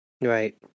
Right